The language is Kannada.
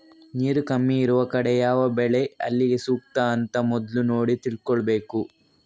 ನೀರು ಕಮ್ಮಿ ಇರುವ ಕಡೆ ಯಾವ ಬೆಳೆ ಅಲ್ಲಿಗೆ ಸೂಕ್ತ ಅಂತ ಮೊದ್ಲು ನೋಡಿ ತಿಳ್ಕೋಬೇಕು